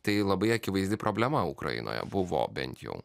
tai labai akivaizdi problema ukrainoje buvo bent jau